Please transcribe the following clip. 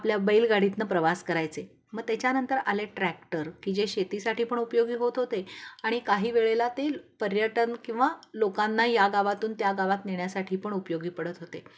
आपल्या बैलगाडीतनं प्रवास करायचे मं त्याच्यानंतर आले ट्रॅक्टर की जे शेतीसाठी पण उपयोगी होत होते आणि काही वेळेला ते पर्यटन किंवा लोकांना या गावातून त्या गावात नेण्यासाठी पण उपयोगी पडत होते